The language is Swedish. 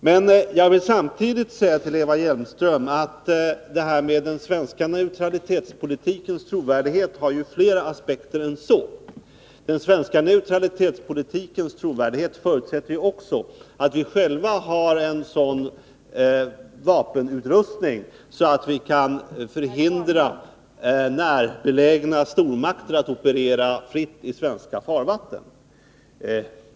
Men jag vill samtidigt säga till Eva Hjelmström att det här med den svenska neutralitetspolitikens trovärdighet har fler aspekter. Den svenska neutralitetspolitikens trovärdighet förutsätter ju också att vi själva har en sådan vapenutrustning att vi kan förhindra att närbelägna stormakter opererar fritt i svenska farvatten.